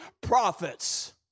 prophets